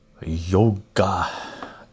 yoga